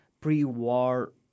pre-war